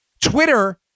Twitter